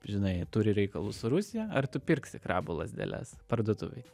žinai turi reikalų su rusija ar tu pirksi krabų lazdeles parduotuvėj